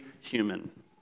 human